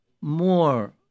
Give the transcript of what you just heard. more